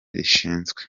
rishinzwe